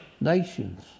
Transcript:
nations